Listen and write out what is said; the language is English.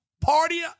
party